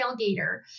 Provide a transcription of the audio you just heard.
tailgater